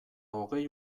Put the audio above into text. hogei